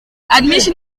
admission